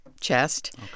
chest